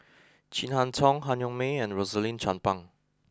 Chin Harn Tong Han Yong May and Rosaline Chan Pang